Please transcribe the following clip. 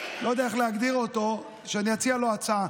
לא יודע איך להגדיר אותו, שאני אציע לו הצעה.